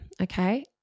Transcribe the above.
okay